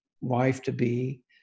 wife-to-be